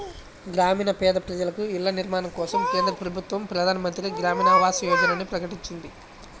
గ్రామీణ పేద ప్రజలకు ఇళ్ల నిర్మాణం కోసం కేంద్ర ప్రభుత్వం ప్రధాన్ మంత్రి గ్రామీన్ ఆవాస్ యోజనని ప్రకటించింది